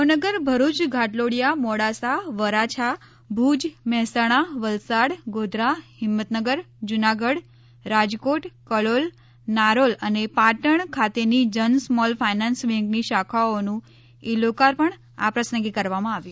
ભાવનગર ભરૂચ ઘાટલોડીયા મોડાસા વરાછા ભુજ મહેસાણા વલસાડ ગોધરા હિંમતનગર જુનાગઢ રાજકોટ કલોલ નારોલ અને પાટણ ખાતેની Jana small finance બેંકની શાખાઓના ઇ લોકાર્પણ આ પ્રસંગે કરવામાં આવ્યું